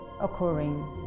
occurring